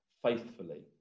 faithfully